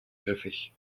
griffig